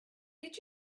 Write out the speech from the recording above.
did